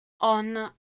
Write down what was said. On